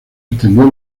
extendió